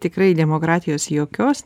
tikrai demokratijos jokios